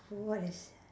what is that